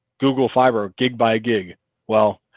google fiber gig by a gig well.